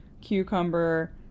cucumber